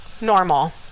normal